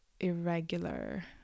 irregular